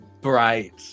bright